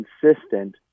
consistent